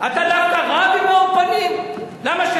זה הכול.